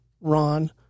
Ron